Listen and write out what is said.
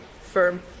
firm